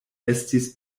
estis